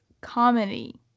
comedy